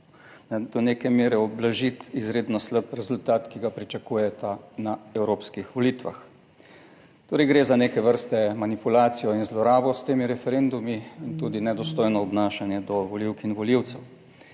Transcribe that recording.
do neke mere ublažiti izredno slab rezultat, ki ga pričakujeta na evropskih volitvah. Torej, gre za neke vrste manipulacijo in zlorabo s temi referendumi. In tudi nedostojno obnašanje do volivk in volivcev.